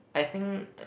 I think